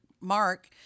mark